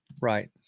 Right